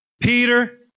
Peter